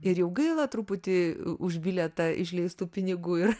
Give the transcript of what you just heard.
ir jau gaila truputį už bilietą išleistų pinigų ir